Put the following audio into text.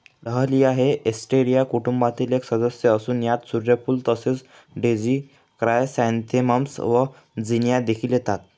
dahlia हे Asteraceae कुटुंबातील एक सदस्य असून यात सूर्यफूल तसेच डेझी क्रायसॅन्थेमम्स व झिनिया देखील येतात